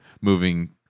moving